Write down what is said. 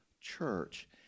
church